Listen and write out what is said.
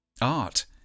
Art